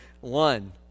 One